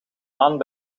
maand